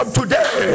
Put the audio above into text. today